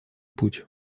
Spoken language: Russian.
путь